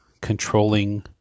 controlling